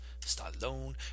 Stallone